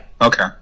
Okay